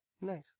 Nice